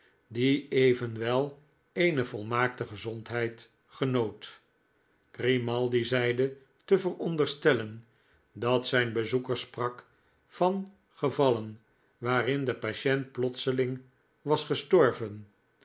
die evenwel eene volmaakte gezondheid genoot grimaldi zeide tevooronderstellen dat zijn bezoeker sprak van gevallen waarin de patient plotseling was gestorven